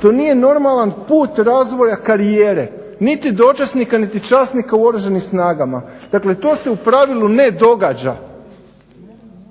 To nije normalan put razvoja karijere niti dočasnika, niti časnika u Oružanim snagama. Dakle, to se u pravilu ne događa.